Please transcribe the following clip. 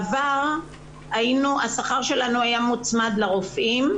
שבעבר השכר שלנו היה מוצמד לרופאים,